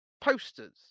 posters